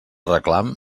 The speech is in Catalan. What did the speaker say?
reclam